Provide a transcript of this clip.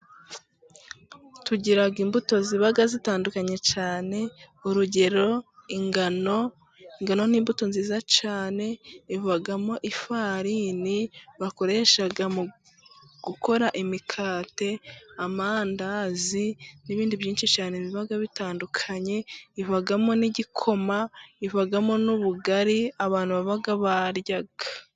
Tugira imbuto ziba zitandukanye cyane, urugero ingano, ingano ni imbuto nziza cyane ivamo ifarini bakoresha mu gukora imikate, amandazi n'ibindi byinshi cyane biba bitandukanye, ivamo n'igikoma, ivamo n'ubugari abantu baba barya.